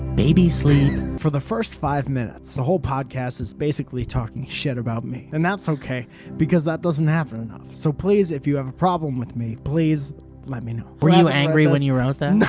baby sleeep! for the first five minutes the whole podcast is basically talking sh t about me. and thats okay because that doesn't happen enough so please if you have a problem with me please let me know were you angry when you wrote that?